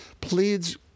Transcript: pleads